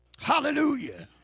Hallelujah